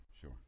Sure